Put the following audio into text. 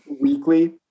Weekly